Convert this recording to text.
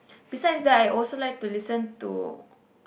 besides that I also like to listen to